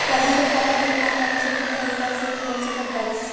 Current खाता केतना कम से कम पईसा से खोल सकत बानी?